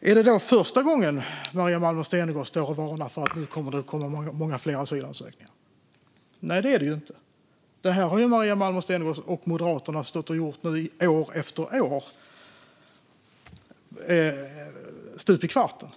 Är det då första gången Maria Malmer Stenergard står och varnar för att det kommer att bli många fler asylansökningar? Nej, det är det inte. Detta har Maria Malmer Stenergard och Moderaterna gjort år efter år, stup i kvarten.